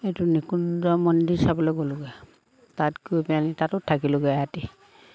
এইটো নিকুঞ্জ মন্দিৰ চাবলৈ গ'লোঁগৈ তাত গৈ পেলাইনি তাতো থাকিলোঁগৈ এৰাতি